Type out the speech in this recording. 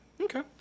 Okay